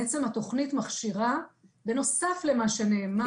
בעצם התוכנית מכשירה בנוסף למה שנאמר